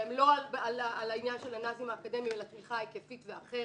שהם לא על העניין של הנ"זים האקדמיים אלא תמיכה היקפית ואחרת,